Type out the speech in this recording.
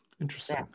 Interesting